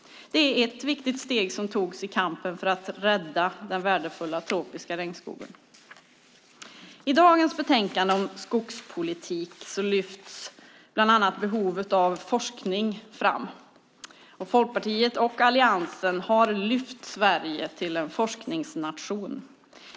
Det är ett viktigt steg i kampen för att rädda den värdefulla tropiska regnskogen. I dagens betänkande om skogspolitik lyfts bland annat behovet av forskning fram. Folkpartiet och alliansen har gjort Sverige till en forskningsnation.